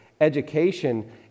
education